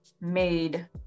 made